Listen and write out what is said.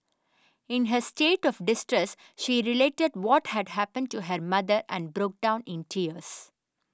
in her state of distress she related what had happened to her mother and broke down in tears